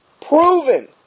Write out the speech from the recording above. proven